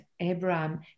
Abraham